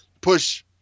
push